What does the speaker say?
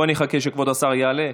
בואי נחכה שכבוד השר יעלה.